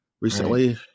recently